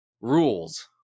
rules